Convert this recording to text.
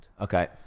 okay